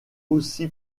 aussi